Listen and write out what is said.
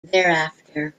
thereafter